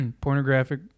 pornographic